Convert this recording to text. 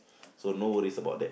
so no worries about that